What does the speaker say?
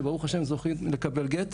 שברוך ה' זכו לקבל גט.